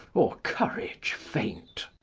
or courage faint.